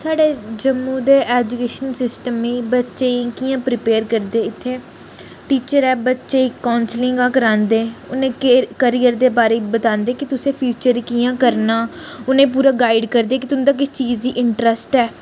साढ़े जम्मू दे education system ई बच्चें गी कि'यां प्रीपेअर करदे इत्थै टीचर ऐ बच्चे गी काउंसलिंगां करांदे उ'नेंगी कैरियर दे बारे बतांदे कि तुसें फ्यूचर कि'यां करना उ'नें पूरा गाइड करदे कि तुं'दा किस चीज़ च इंटरेस्ट ऐ